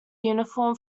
uniform